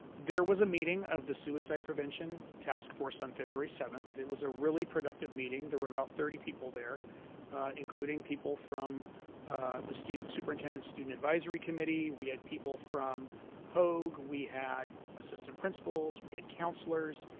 there was a meeting of the suicide prevention task force on february seventh, it was a really productive meeting. there were about thirty people there including people from the superintendent student advisory committee, we had people from hoag, we had assistant principals, we had counselors,